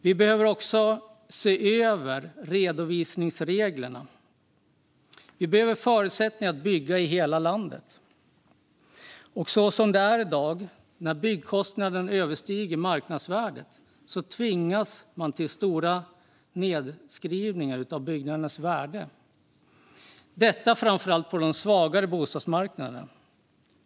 Vi behöver se över redovisningsreglerna. Vi behöver förutsättningar att bygga i hela landet. Som det är i dag, när byggkostnaden överstiger marknadsvärdet, tvingas man till stora nedskrivningar av byggnadernas värde - detta framför allt på de svagare bostadsmarknaderna.